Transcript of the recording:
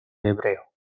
hebreo